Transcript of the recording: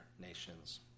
nations